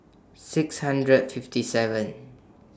six hundred fifty seven